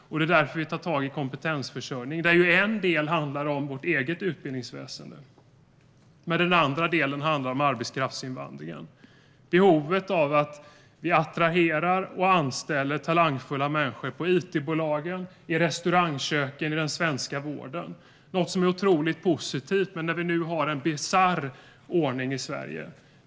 Och det är därför vi tar tag i kompetensförsörjningen - en del handlar om vårt eget utbildningsväsen, och en annan del handlar om arbetskraftsinvandringen. Att vi attraherar talangfulla människor och anställer dem i it-bolagen, i restaurangköken och i den svenska vården är otroligt positivt. Men där har vi nu en bisarr ordning i Sverige.